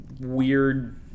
weird